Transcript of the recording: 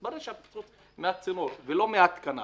התברר שהפיצוץ היה מהצינור ולא מההתקנה.